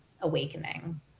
awakening